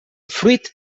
fruit